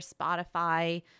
Spotify